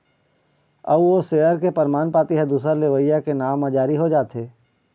अउ ओ सेयर के परमान पाती ह दूसर लेवइया के नांव म जारी हो जाथे